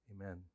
Amen